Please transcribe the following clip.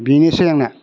बेनोसै आंनिया